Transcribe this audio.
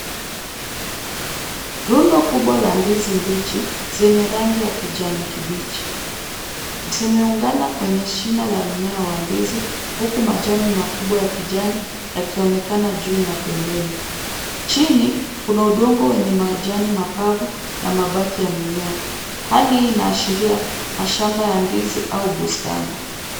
Rundo kubwa la ndizi mbichi zenye rangi ya kijani kibichi. Zimeungana kwenye shina la mmea wa ndizi huku majani makubwa ya kijani yakionekana juu na pembeni. Chini kuna udongo wenye majani makavu na mabaki ya mimea. Hali hii inaashiria mashamba ya ndizi au bustani.